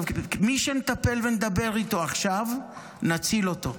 מי שמטפל ונדבר איתו עכשיו, נציל אותו,